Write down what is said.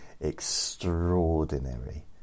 extraordinary